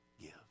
give